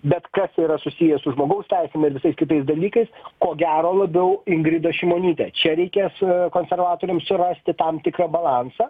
bet kas yra susiję su žmogaus teisėm ir visais kitais dalykais ko gero labiau ingrida šimonyte čia reikia su konservatoriams surasti tam tikrą balansą